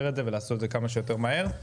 את זה ולעשות את זה כמה שיותר מהר.